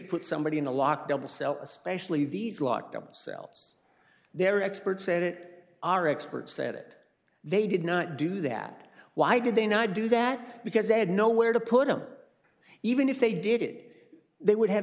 put somebody in a locked double cell especially these lock themselves there are experts at it are experts at it they did not do that why did they not do that because they had nowhere to put him even if they did it they would have